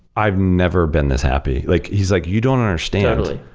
i've never been this happy. like he's like, you don't understandably.